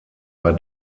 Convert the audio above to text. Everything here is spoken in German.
war